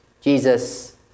Jesus